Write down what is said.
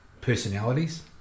personalities